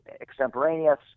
extemporaneous